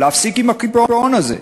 להפסיק עם הקיפאון הזה.